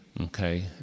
okay